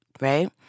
Right